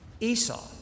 Esau